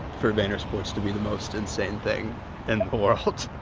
for vaynersports to be the most insane thing in the world.